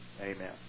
Amen